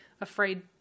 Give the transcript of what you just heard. afraid